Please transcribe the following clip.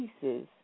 pieces